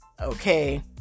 Okay